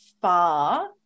far